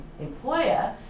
employer